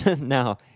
Now